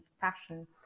fashion